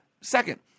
Second